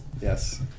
Yes